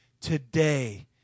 today